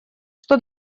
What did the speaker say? что